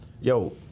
yo